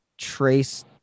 Trace